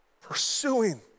pursuing